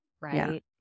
right